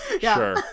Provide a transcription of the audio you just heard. Sure